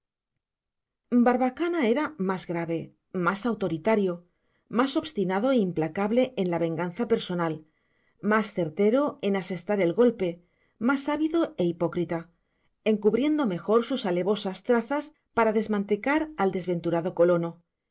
barbacana era más grave más autoritario más obstinado e implacable en la venganza personal más certero en asestar el golpe más ávido e hipócrita encubriendo mejor sus alevosas trazas para desmantecar al desventurado colono